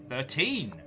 Thirteen